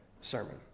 sermon